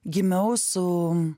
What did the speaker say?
gimiau su